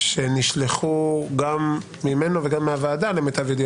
שנשלחו גם ממנו וגם מהוועדה, למיטב ידיעתי.